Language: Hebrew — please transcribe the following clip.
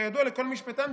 כידוע לכל משפטן,